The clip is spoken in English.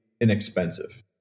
inexpensive